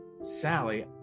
Sally